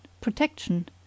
Protection